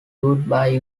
woodbury